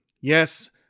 Yes